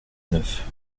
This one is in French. neuf